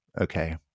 okay